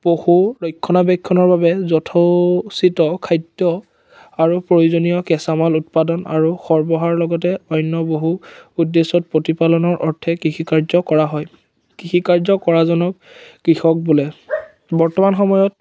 পশু ৰক্ষণাবেেক্ষণৰ বাবে যথোচিত খাদ্য আৰু প্ৰয়োজনীয় কেঁচামাল উৎপাদন আৰু সৰ্বহাৰাৰ লগতে অন্য বহু উদ্দেশ্যত প্ৰতিপালনৰ অৰ্থে কৃষি কাৰ্য কৰা হয় কৃষি কাৰ্য কৰাজনক কৃষক বোলে বৰ্তমান সময়ত